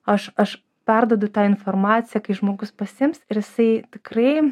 aš aš perduodu tą informaciją kai žmogus pasiims ir jisai tikrai